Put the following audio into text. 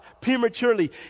prematurely